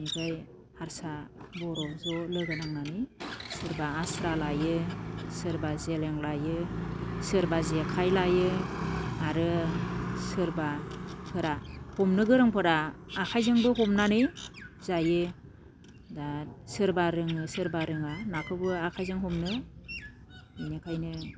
ओमफ्राय हारसा बर' ज' लोगो नांनानै सोरबा आस्रा लायो सोरबा जेलें लायो सोरबा जेखाइ लायो आरो सोरबाफोरा हमनो गोरोंफोरा आखाइजोंबो हमनानै जायो दा सोरबा रोङो सोरबा रोङा नाखौबो आखाइजों हमनो बेनिखायनो